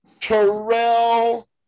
Terrell